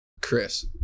Chris